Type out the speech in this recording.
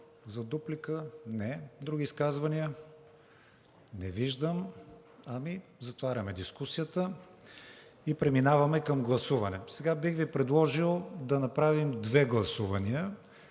За дуплика? Не. Други изказвания? Не виждам. Затваряме дискусията и преминаваме към гласуване. Сега бих Ви предложил да направим две гласувания.